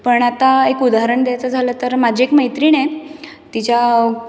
पण आता एक उदाहरण द्यायचं झालं तर माझी एक मैत्रीण आहे तिच्या